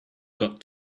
got